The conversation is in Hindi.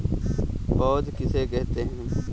पौध किसे कहते हैं?